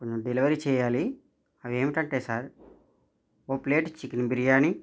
delivery చేయాలి అవి ఏమిటంటే సార్ ఒక ప్లేట్ చికెన్ బిర్యాని